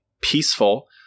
peaceful